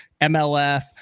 MLF